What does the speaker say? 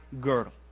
girdle